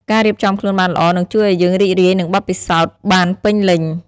ការរៀបចំខ្លួនបានល្អនឹងជួយឱ្យយើងរីករាយនឹងបទពិសោធន៍បានពេញលេញ។